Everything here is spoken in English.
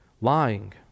lying